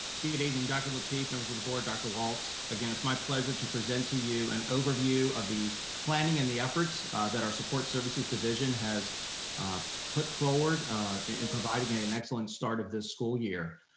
good evening, dr. lateef, members of the board, dr. walts. again, it's my pleasure to present to you an overview of the planning and the efforts that our support services division has put forward in providing a an excellent start of this school year.